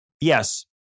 yes